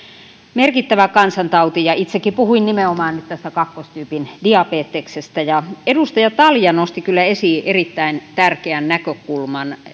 merkittävä kansantauti ja itsekin puhuin nimenomaan nyt tästä kakkostyypin diabeteksesta edustaja talja nosti kyllä esiin erittäin tärkeän näkökulman